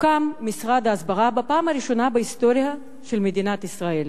הוקם משרד ההסברה בפעם הראשונה בהיסטוריה של מדינת ישראל,